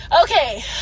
Okay